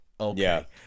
Okay